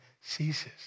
ceases